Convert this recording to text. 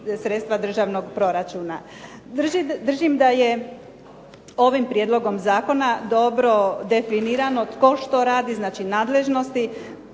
sredstva državnog proračuna. Držim da je ovim prijedlogom zakona dobro definirano tko što radi, znači nadležnosti,